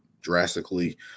drastically